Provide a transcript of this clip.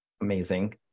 amazing